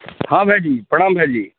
हॅं भाईजी प्रणाम भाईजी